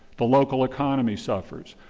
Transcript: the local economy suffers,